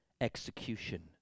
execution